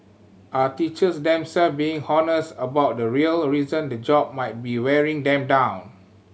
are teachers themselves being honest about the real reason the job might be wearing them down